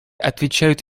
отвечают